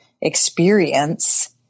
experience